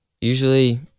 usually